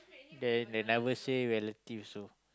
then they never say relative so